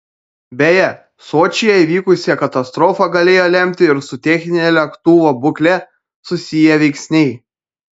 beje sočyje įvykusią katastrofą galėjo lemti ir su technine lėktuvo būkle susiję veiksniai